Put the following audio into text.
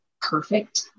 perfect